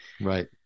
Right